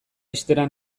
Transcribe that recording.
ixtera